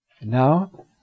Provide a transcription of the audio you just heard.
Now